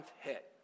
hit